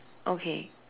okay